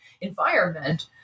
environment